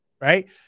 Right